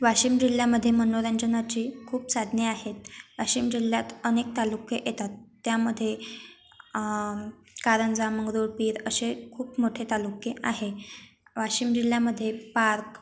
वाशिम जिल्ह्यामध्ये मनोरंजनाची खूप साधने आहेत वाशिम जिल्ह्यात अनेक तालुके येतात त्यामध्ये कारंजा मंगरुळपीर अशे खूप मोठे तालुके आहे वाशिम जिल्ह्यामध्ये पार्क